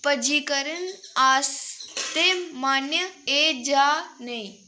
पंजीकरण आस्तै मान्य ऐ जां नेईं